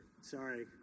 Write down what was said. Sorry